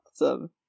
Awesome